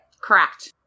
Correct